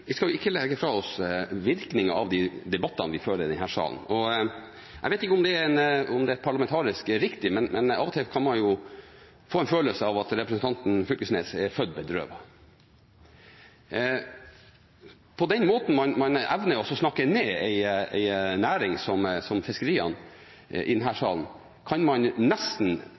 ikke legge fra oss virkningen av de debattene vi fører i denne salen. Jeg vet ikke om det er parlamentarisk riktig, men av og til kan man få en følelse av at representanten Knag Fylkesnes er født bedrøvet. På den måten han evner å snakke ned en næring som fiskeriene i denne salen, kan man nesten